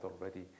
already